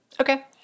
Okay